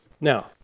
Now